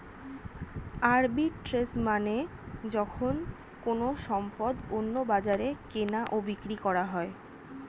arbitrage মানে যখন কোনো সম্পদ অন্য বাজারে কেনা ও বিক্রি করা হয়